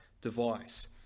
device